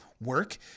work